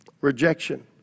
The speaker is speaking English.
Rejection